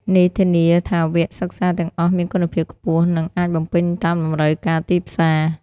នេះធានាថាវគ្គសិក្សាទាំងអស់មានគុណភាពខ្ពស់ និងអាចបំពេញតាមតម្រូវការទីផ្សារ។